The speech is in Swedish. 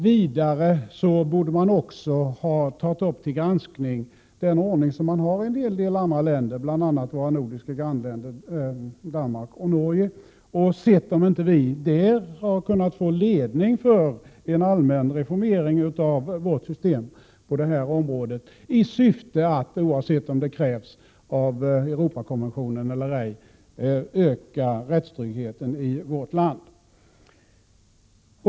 Vidare borde man ha tagit upp till granskning den ordning som man har i en hel del andra länder, bl.a. våra nordiska grannländer Danmark och Norge, och sett om vi inte där kunnat få ledning för en allmän reformering av vårt system på det här området i syfte att, oavsett om det krävs av Europakonventionen eller ej, öka rättssäkerheten i vårt land.